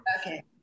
Okay